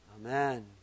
Amen